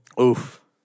Oof